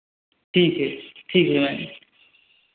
ठीक है ठीक है मेम